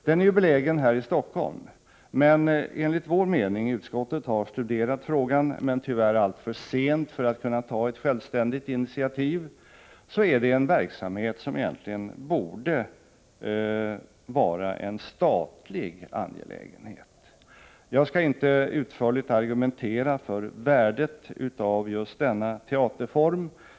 Den är belägen här i Stockholm, men enligt vår uppfattning — utskottet har studerat frågan men tyvärr alltför sent för att kunna ta ett självständigt initiativ — är det en verksamhet som egentligen borde vara en statlig angelägenhet. Jag skall inte utförligt argumentera för värdet av just denna teaterform.